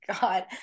God